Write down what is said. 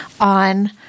on